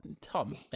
Tom